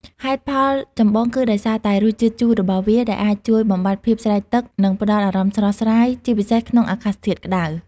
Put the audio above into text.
ហេតុផលចម្បង គឺដោយសារតែ រសជាតិជូរ របស់វា ដែលអាចជួយបំបាត់ភាពស្រេកទឹក និងផ្តល់អារម្មណ៍ស្រស់ស្រាយ ជាពិសេសក្នុងអាកាសធាតុក្តៅ។